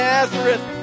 Nazareth